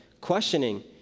questioning